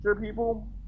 people